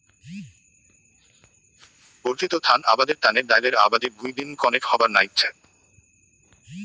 বর্ধিত ধান আবাদের তানে ডাইলের আবাদি ভুঁই দিনং কণেক হবার নাইগচে